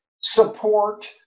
support